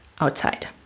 outside